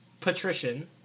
patrician